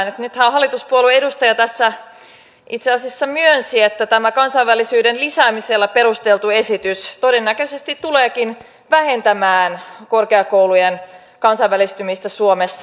nythän hallituspuolueen edustaja tässä itse asiassa myönsi että tämä kansainvälisyyden lisäämisellä perusteltu esitys todennäköisesti tuleekin vähentämään korkeakoulujen kansainvälistymistä suomessa